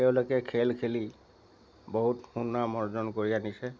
তেওঁলোকে খেল খেলি বহুত সুনাম অৰ্জন কৰি আনিছে